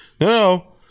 no